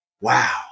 wow